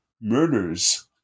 murders